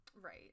Right